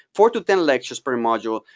four to ten lectures per module.